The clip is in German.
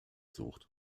sucht